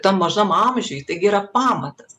tam mažam amžiuj taigi yra pamatas